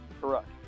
Correct